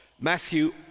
Matthew